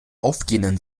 aufgehenden